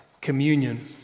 communion